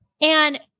And-